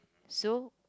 so